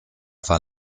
war